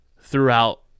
throughout